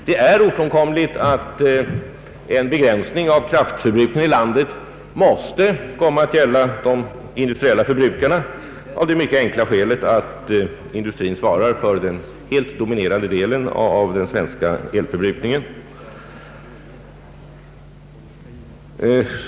Det är ofrånkomligt att en begränsning av kraftförbrukningen i landet kommer att gälla de industriella förbrukarna av det mycket enkla skälet att industrin svarar för den helt dominerande delen av den svenska elförbrukningen.